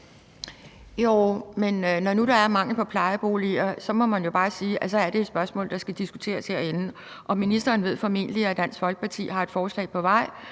må man jo bare sige, at så er det et spørgsmål, der skal diskuteres herinde. Og ministeren ved formentlig, at Dansk Folkeparti har et forslag på vej,